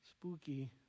Spooky